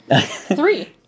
three